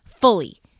fully